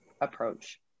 approach